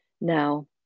Now